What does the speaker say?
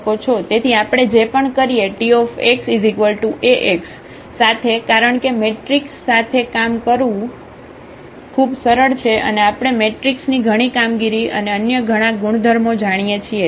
તેથી આપણે જે પણ કરીએTxAx સાથે કારણ કે મેટ્રિસીસ સાથે કામ કરવું ખૂબ સરળ છે અને આપણે મેટ્રિસીસની ઘણી કામગીરી અને અન્ય ઘણી ગુણધર્મો જાણીએ છીએ